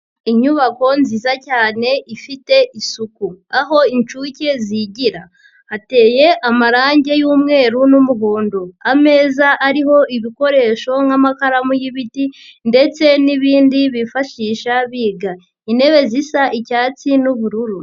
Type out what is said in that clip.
Inyubako nziza cyane ifite isuku, aho inshuke zigira, hateye amarangi y'umweru n'umuhondo, ameza ariho ibikoresho nk'amakaramu y'ibiti ndetse n'ibindi bifashisha biga, intebe zisa icyatsi n'ubururu.